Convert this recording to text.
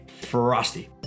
frosty